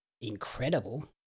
incredible